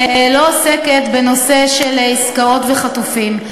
לא עוסקת בנושא של עסקאות וחטופים.